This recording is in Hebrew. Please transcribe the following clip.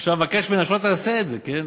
אפשר לבקש ממנה שלא תעשה את זה, כן?